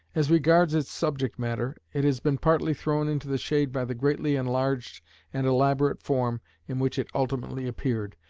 as regards its subject-matter, it has been partly thrown into the shade by the greatly enlarged and elaborate form in which it ultimately appeared,